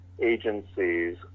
Agencies